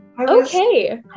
Okay